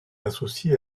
associée